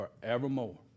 Forevermore